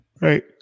right